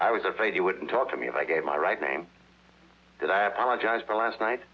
i was afraid you wouldn't talk to me if i gave my right name that i apologized for last night